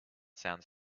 sounds